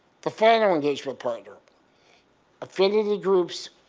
the final engagement partner affinity groups,